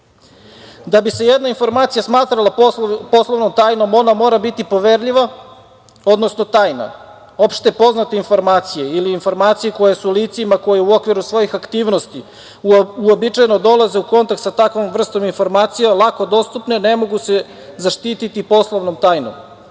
bi se jedna informacija smatrala poslovnom tajnom, ona mora biti poverljiva, odnosno tajna. Opšte poznate informacije ili informacije koje su licima koji u okviru svojih aktivnosti uobičajeno dolaze u kontakt sa takvom vrstom informacija, lako dostupne, ne mogu se zaštititi poslovnom tajnom. Da